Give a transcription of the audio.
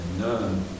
none